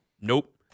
Nope